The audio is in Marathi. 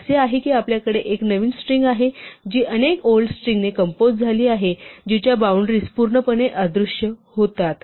असे आहे की आपल्याकडे एक नवीन स्ट्रिंग आहे जी अनेक ओल्ड स्ट्रिंगनी कंपोझ झाली आहे जिच्या बाउंड्रीज पूर्णपणे अदृश्य होतात